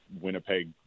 Winnipeg